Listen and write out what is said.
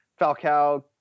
Falcao